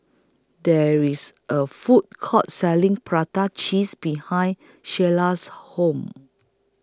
There IS A Food Court Selling Prata Cheese behind Sheilah's House